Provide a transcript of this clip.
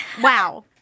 wow